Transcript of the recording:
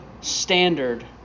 standard